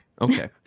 Okay